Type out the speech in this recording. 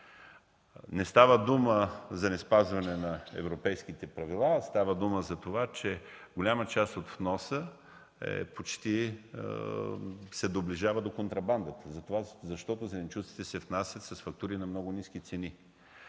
Не става дума за неспазване на европейските правила, а за това, че голяма част от вноса почти се доближава до контрабандата, защото зеленчуците се внасят с фактури на много ниски цени.